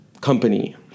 company